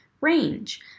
range